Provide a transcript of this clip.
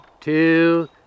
two